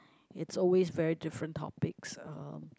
it's always very different topics uh